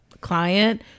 client